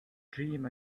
dream